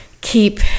keep